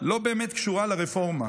לא באמת קשורה לרפורמה.